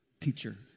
teacher